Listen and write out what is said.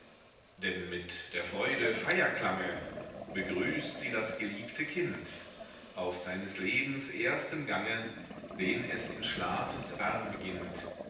denn mit der freude feierklange begrüßt sie das geliebte kind auf seines lebens erstem gange den es in schlafes arm beginnt